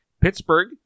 Pittsburgh